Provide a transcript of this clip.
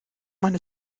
meine